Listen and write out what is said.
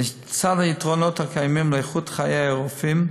לצד היתרונות הקיימים לאיכות חיי הרופאים,